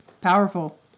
Powerful